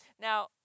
Now